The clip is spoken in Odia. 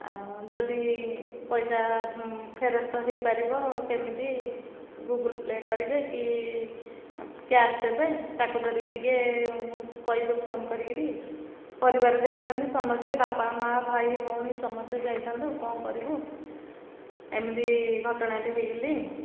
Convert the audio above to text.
ଆ ଯଦି ପଇସା ଫେରସ୍ତ ହେଇପାରିବ କେମିତି ଗୁଗୁଲ୍ ପେ କରିବେ କି କ୍ୟାସ୍ ଦେବେ ତାକୁ ଧରିିକି ଟିକେ କହିବି ଫୋନ୍ କରିକିରି ପରିବାର ଯାଇଥାନ୍ତୁ ସମସ୍ତେ ବାପା ମାଆ ଭାଇ ଭଉଣୀ ସମସ୍ତେ ଯାଇଥାନ୍ତୁ କ'ଣ କରିବୁ ଏମିତି ଘଟଣାଟି ହେଇଗଲି